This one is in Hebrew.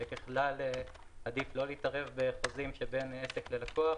שככלל עדיף לא להתערב בחוזים שבין עסק ללקוח.